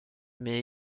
mais